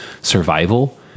survival